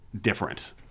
different